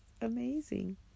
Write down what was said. amazing